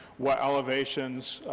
what elevations,